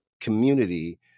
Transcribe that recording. community